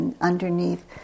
underneath